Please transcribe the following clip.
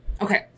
okay